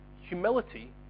humility